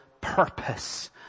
purpose